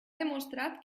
demostrat